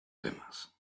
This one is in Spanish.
temas